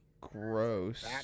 Gross